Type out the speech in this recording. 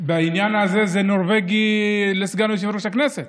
בעניין הזה זה נורבגי לסגן יושב-ראש הכנסת